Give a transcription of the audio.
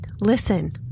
listen